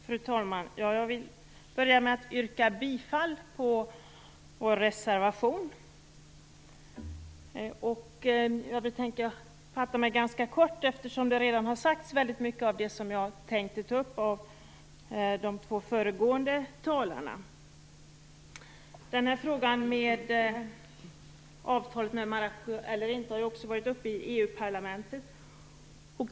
Fru talman! Jag vill börja med att yrka bifall till vår reservation. Jag skall fatta mig ganska kort, eftersom de föregående talarna har tagit upp väldigt mycket av det som jag hade tänkt att tala om. Frågan om avtal med Marocko eller inte har också varit uppe i EU-parlamentet.